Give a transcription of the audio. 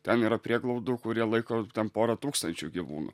ten yra prieglaudų kurie laiko ten pora tūkstančių gyvūnų